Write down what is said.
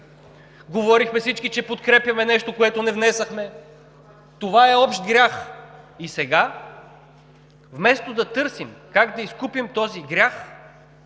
Говорихме всички, че подкрепяме нещо, което не внесохме. Това е общ грях! И сега, вместо да търсим как да изкупим този грях,